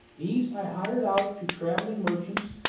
these i hired out to travelling merchants,